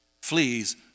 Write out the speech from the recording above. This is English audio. Fleas